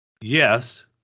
yes